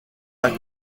pas